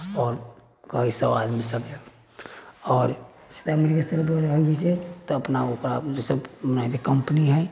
आओर कहैत छै आदमी सब आओर तऽ अपना ओकरा सब जे कम्पनी हइ